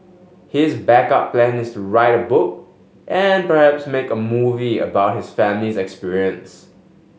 his backup plan is to write a book and perhaps make a movie about his family's experience